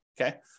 okay